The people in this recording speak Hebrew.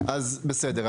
אז בסדר.